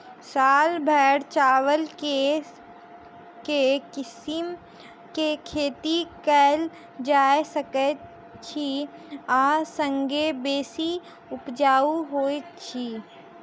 साल भैर चावल केँ के किसिम केँ खेती कैल जाय सकैत अछि आ संगे बेसी उपजाउ होइत अछि?